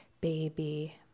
baby